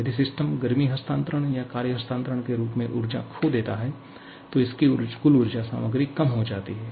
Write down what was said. यदि सिस्टम गर्मी हस्तांतरण या कार्य हस्तांतरण के रूप में ऊर्जा खो देता है तो इसकी कुल ऊर्जा सामग्री कम हो जाती है